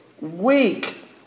weak